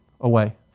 away